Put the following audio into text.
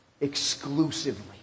exclusively